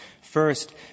First